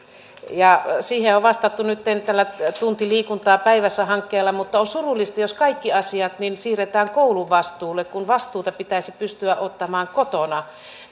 siihen on vastattu nytten tällä tunti liikuntaa päivässä hankkeella mutta on surullista jos kaikki asiat siirretään koulun vastuulle kun vastuuta pitäisi pystyä ottamaan kotona